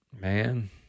man